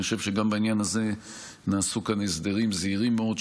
אני חושב שגם בעניין הזה נעשו כאן הסדרים זהירים מאוד,